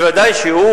ודאי שהוא,